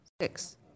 Six